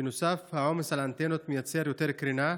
בנוסף, העומס על האנטנות מייצר יותר קרינה,